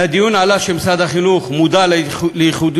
מהדיון עלה שמשרד החינוך מודע לייחודיותה